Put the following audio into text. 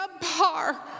subpar